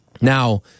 Now